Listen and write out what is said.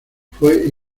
fue